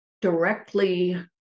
directly